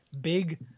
big